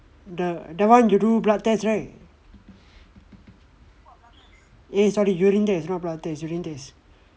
the the one you do blood test right eh sorry urine test not blood test urine test